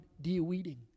de-weeding